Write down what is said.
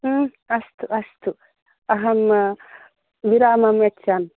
अस्तु अस्तु अहं विरामं यच्छामि